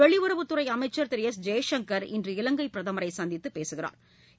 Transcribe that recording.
வெளியுறவுத்தறை அமைச்சா் திரு எஸ் ஜெய்சங்கா் இன்று இலங்கை பிரதமரை சந்தித்து பேசுகிறாா்